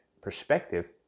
perspective